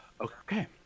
okay